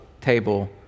table